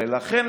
ולכן,